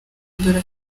dore